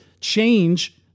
change